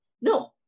No